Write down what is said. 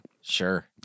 Sure